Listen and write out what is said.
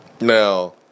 Now